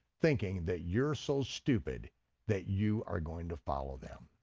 thinking that you're so stupid that you are going to follow them.